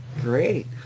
great